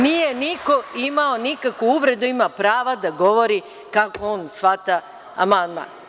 Nije imao nikakvu uvredu, ima pravo da govori kako on shvata amandman.